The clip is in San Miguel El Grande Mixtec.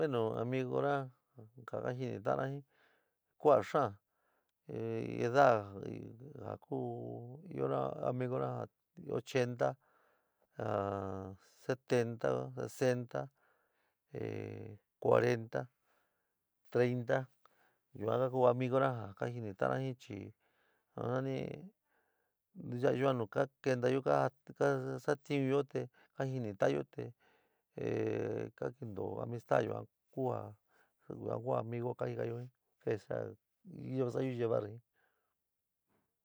Bueno amigoná ja ka jɨni ta'ána jɨn ku'á xaán in edaá ja ja ku ɨóna amigona ja ochenta ja setenta ja sesenta cuarenta, treinta yuan ka ku amigo- na ja ka jɨni ta'ana jɨn chi nani ya'a yuaán nu ka keentayo ka sa'atɨúnyo te ka jɨ ta'ányo te te ka kentoó amistáyo yuan ku amigo ka jɨkayó jɨn ntesa iyo sa'ayo llevar jɨn.